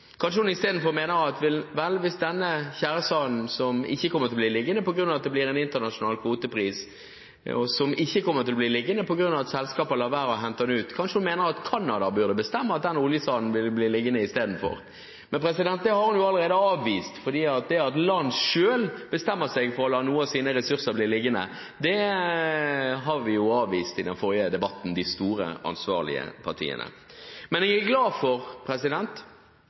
kanskje hun mener at Canada burde bestemme at den oljesanden vil bli liggende istedenfor. Men det har hun allerede avvist. Det at land selv bestemmer seg for å la noen av sine ressurser bli liggende, har jo de store, ansvarlige partiene avvist i den forrige debatten. Men vi er glad for